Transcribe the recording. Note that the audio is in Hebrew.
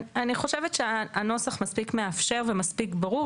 אני חושבת שהנוסח מספיק מאפשר ומספיק ברור